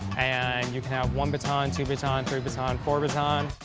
and you can have one baton, two baton, three baton, four baton.